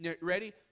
Ready